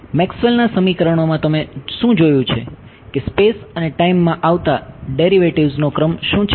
મેક્સવેલના સમીકરણોમાં તમે શું જોયું છે કે સ્પેસ અને ટાઈમ માં આવતા ડેરિવેટિવ્ઝનો ક્રમ શું છે